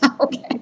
okay